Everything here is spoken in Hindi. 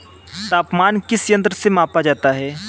तापमान किस यंत्र से मापा जाता है?